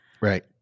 right